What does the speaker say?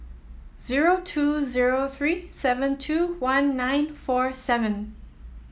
zero two zero three seven two one nine four seven